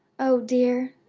oh, dear,